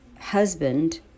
husband